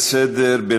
לסדר-היום,